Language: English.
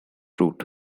route